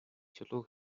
чулуу